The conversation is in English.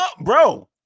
bro